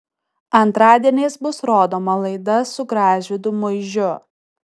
antradieniais bus rodoma laida su gražvydu muižiu